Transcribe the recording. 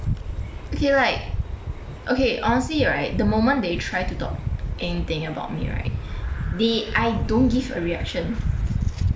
okay like okay honestly right the moment they try to talk anything about me right they I don't give a reaction